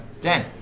Dan